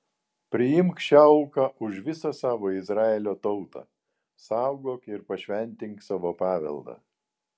priimk šią auką už visą savo izraelio tautą saugok ir pašventink savo paveldą